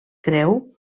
creu